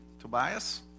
Tobias